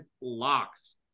Locks